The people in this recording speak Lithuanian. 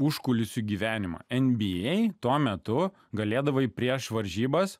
užkulisių gyvenimą nba tuo metu galėdavai prieš varžybas